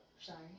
Sorry